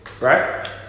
right